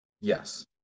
yes